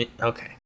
okay